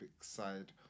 side